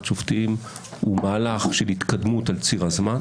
שופטים הוא מהלך של התקדמות על ציר הזמן,